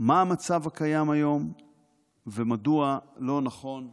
מה המצב הקיים היום ומדוע לא נכון לשיטתנו,